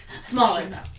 Smaller